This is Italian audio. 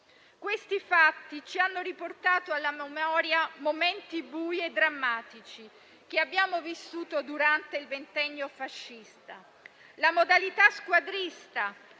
Questi fatti ci hanno riportato alla memoria momenti bui e drammatici che abbiamo vissuto durante il ventennio fascista. La modalità squadrista